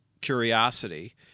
curiosity